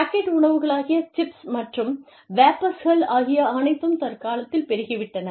packet உணவுகளாகிய chips மற்றும் வேஃபெர்ஸ்கள் ஆகிய அனைத்தும் தற்காலத்தில் பெருகிவிட்டன